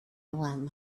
want